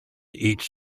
each